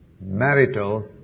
marital